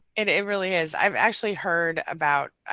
it really is. i've actually heard about.